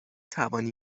توانی